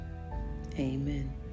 amen